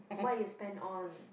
what you spend on